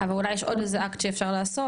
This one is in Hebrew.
אבל אולי יש עוד איזה אקט שאפשר לעשות,